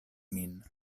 nin